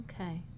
Okay